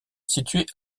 située